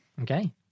Okay